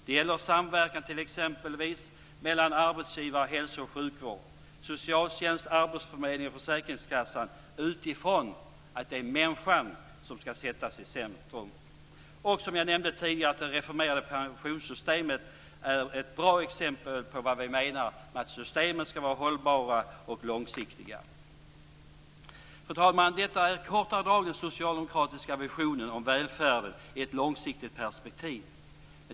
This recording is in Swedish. Det gäller samverkan, t.ex. mellan arbetsgivare, hälso och sjukvård, socialtjänst, arbetsförmedling och försäkringskassa, utifrån att det är människan som skall sättas i centrum. Som jag nämnde tidigare är det reformerade pensionssystemet ett bra exempel på vad vi menar med att systemen skall vara hållbara och långsiktiga. Fru talman! Detta är i korta drag den socialdemokratiska visionen om välfärden i ett långsiktigt perspektiv.